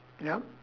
yup